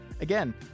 Again